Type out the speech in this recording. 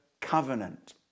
covenant